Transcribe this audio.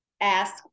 ask